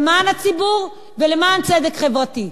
למען הציבור ולמען צדק חברתי.